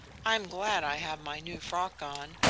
i'm glad i have my new frock on.